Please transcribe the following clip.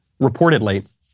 Reportedly